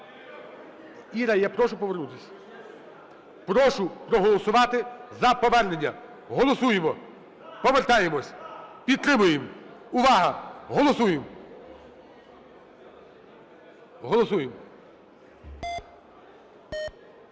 Іра, я прошу повернутися. Прошу проголосувати за повернення, голосуємо, повертаємося, підтримуємо. Увага! Голосуємо, голосуємо.